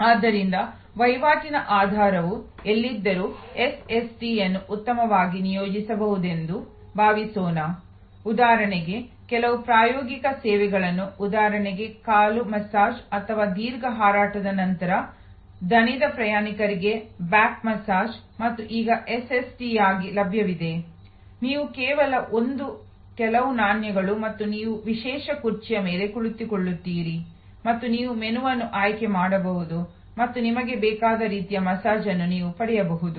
ಆದ್ದರಿಂದ ವಹಿವಾಟಿನ ಆಧಾರವು ಎಲ್ಲಿದ್ದರೂ ಎಸ್ಎಸ್ಟಿಯನ್ನು ಉತ್ತಮವಾಗಿ ನಿಯೋಜಿಸಬಹುದೆಂದು ಭಾವಿಸೋಣ ಉದಾಹರಣೆಗೆ ಕೆಲವು ಪ್ರಾಯೋಗಿಕ ಸೇವೆಗಳನ್ನು ಉದಾಹರಣೆಗೆ ಕಾಲು ಮಸಾಜ್ ಅಥವಾ ದೀರ್ಘ ಹಾರಾಟದ ನಂತರ ದಣಿದ ಪ್ರಯಾಣಿಕರಿಗೆ ಬ್ಯಾಕ್ ಮಸಾಜ್ ಮತ್ತು ಈಗ ಎಸ್ಎಸ್ಟಿಯಾಗಿ ಲಭ್ಯವಿದೆ ನೀವು ಕೇವಲ ಒಂದು ಕೆಲವು ನಾಣ್ಯಗಳು ಮತ್ತು ನೀವು ವಿಶೇಷ ಕುರ್ಚಿಯ ಮೇಲೆ ಕುಳಿತುಕೊಳ್ಳುತ್ತೀರಿ ಮತ್ತು ನೀವು ಮೆನುವನ್ನು ಆಯ್ಕೆ ಮಾಡಬಹುದು ಮತ್ತು ನಿಮಗೆ ಬೇಕಾದ ರೀತಿಯ ಮಸಾಜ್ ಅನ್ನು ನೀವು ಪಡೆಯಬಹುದು